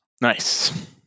Nice